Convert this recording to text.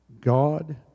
God